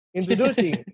Introducing